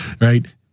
right